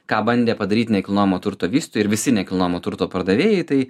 ką bandė padaryt nekilnojamo turto vystytojai ir visi nekilnojamo turto pardavėjai tai